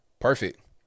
Perfect